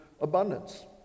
abundance